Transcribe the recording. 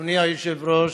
אדוני היושב-ראש,